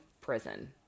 prison